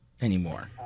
anymore